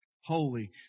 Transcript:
holy